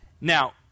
Now